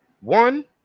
one